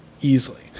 easily